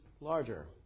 larger